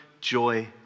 joy